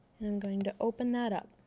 and i'm going to open that up.